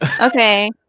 Okay